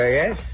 yes